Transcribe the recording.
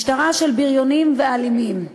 "משטרה של בריונים ואלימים";